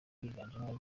higanjemo